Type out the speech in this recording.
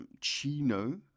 Chino